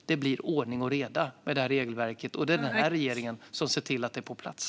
Det blir ordning och reda med detta regelverk, och det är denna regering som sett till att det är på plats.